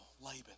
Laban